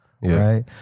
right